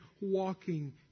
walking